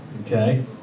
Okay